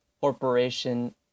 Corporation